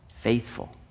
faithful